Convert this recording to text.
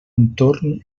entorn